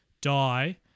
die